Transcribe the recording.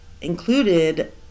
included